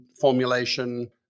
formulation